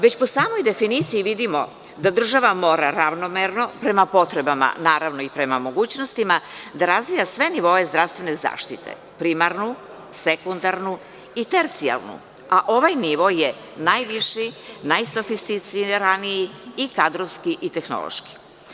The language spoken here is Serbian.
Već po samoj definiciji vidimo da država mora ravnomerno, prema potrebama, naravno i prema mogućnostima da razvija sve nivoe zdravstvene zaštite, primarnu, sekundarnu i tercijalnu, a ovaj nivo je najviši, najsofisticiraniji i kadrovski i tehnološki.